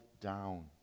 down